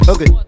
Okay